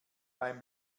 beim